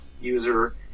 user